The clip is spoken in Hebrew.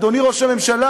אדוני ראש הממשלה,